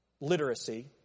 literacy